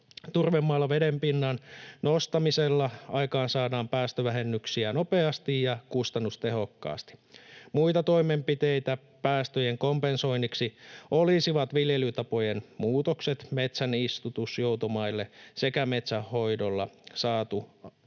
Turvemailla vedenpinnan nostamisella aikaansaadaan päästövähennyksiä nopeasti ja kustannustehokkaasti. Muita toimenpiteitä päästöjen kompensoinniksi olisivat viljelytapojen muutokset, metsän istutus joutomaille sekä metsänhoidolla aikaansaatu